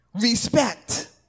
Respect